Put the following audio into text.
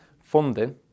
funding